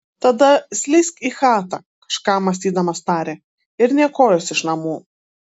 tada slysk į chatą kažką mąstydamas tarė ir nė kojos iš namų